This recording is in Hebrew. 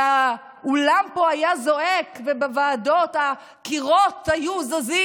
האולם פה היה זועק ובוועדות הקירות היו זזים.